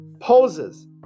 poses